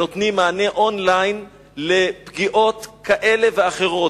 ונותנים מענה און-ליין לפגיעות כאלה ואחרות,